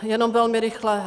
Jenom velmi rychle.